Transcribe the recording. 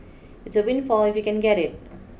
it's a windfall if you can get it